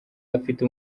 afite